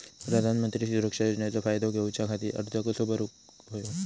प्रधानमंत्री सुरक्षा योजनेचो फायदो घेऊच्या खाती अर्ज कसो भरुक होयो?